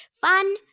Fun